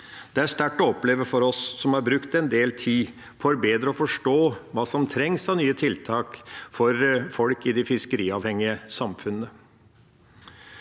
Det er sterkt å oppleve for oss som har brukt en del tid for bedre å forstå hva som trengs av nye tiltak for folk i de fiskeriavhengige samfunnene.